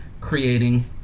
creating